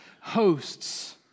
hosts